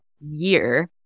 year